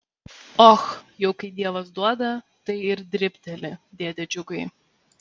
och jau kai dievas duoda tai ir dribteli dėde džiugai